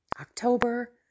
October